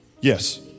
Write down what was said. yes